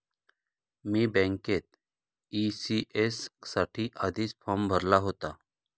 मी बँकेत ई.सी.एस साठी आधीच फॉर्म भरला होता